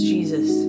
Jesus